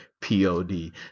P-O-D